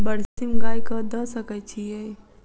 बरसीम गाय कऽ दऽ सकय छीयै?